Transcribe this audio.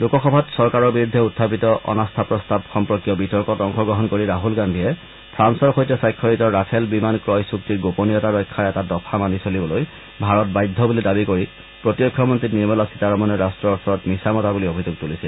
লোকসভাত চৰকাৰৰ বিৰুদ্ধে উখাপিত অনাস্থা প্ৰস্তাৱ সম্পৰ্কীয় বিতৰ্কত অংশগ্ৰহণ কৰি ৰাছল গান্ধীয়ে ফ্ৰান্সৰ সৈতে স্বাক্ষৰিত ৰাফেল বিমান ক্ৰয় চুক্তিৰ গোপনীয়তা ৰক্ষাৰ এটা দফা মানি চলিবলৈ ভাৰত বাধ্য বুলি দাবী কৰি প্ৰতিৰক্ষামন্ত্ৰী নিৰ্মলা সীতাৰমণে ৰাট্টৰ ওচৰত মিছা মতা বুলি অভিযোগ তুলিছিল